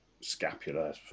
scapula